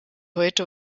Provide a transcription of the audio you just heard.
heute